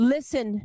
Listen